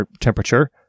temperature